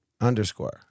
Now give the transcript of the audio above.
underscore